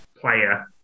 player